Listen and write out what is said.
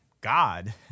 God